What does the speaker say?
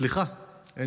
סליחה על זה